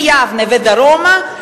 מיבנה ודרומה.